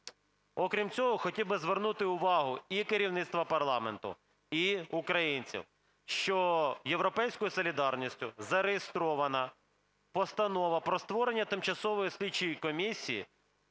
окрім цього, хотів би звернути увагу і керівництва парламенту, і українців, що "Європейською солідарністю" зареєстрована Постанова про створення тимчасової слідчої комісії